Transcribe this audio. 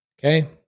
okay